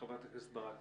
חברת הכנסת ברק,